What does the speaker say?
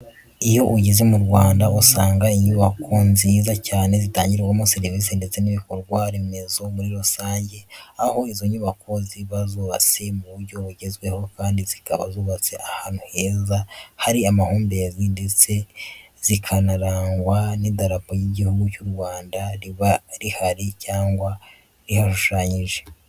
Iyo ugeze mu Rwanda uhasanga inyubako nziza cyane zitangirwamo serivisi ndetse n'ibikorwaremezo muri rusange aho izo nyubako ziba zubatse mu buryo bugezweho kandi zikaba zubatse ahantu heza hari amahumbezi ndetse zikarangwa n'idarapo ry'Igihugu cy'u Rwanda riba rihari cyangwa rihashushanyije.